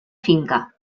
finca